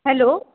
hello